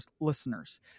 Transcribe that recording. listeners